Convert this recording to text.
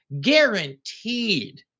Guaranteed